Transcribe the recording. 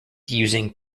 using